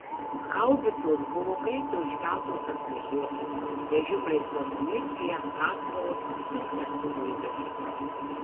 haubicos buvo greitai užkeltos ant važiuoklių vežimai su amunicija atsvaros viskas kilo į viršų